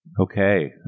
Okay